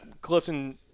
Clifton